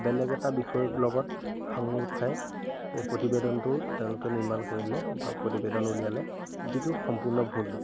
বেলেগ এটা বিষয়ৰ লগত সাঙুৰ খুৱাই সেই প্ৰতিবেদনটো তেওঁলোকে নিৰ্মাণ কৰিলে বা প্ৰতিবেদন উলিয়ালে যিটো সম্পূৰ্ণ ভুল